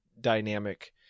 dynamic